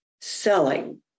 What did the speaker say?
selling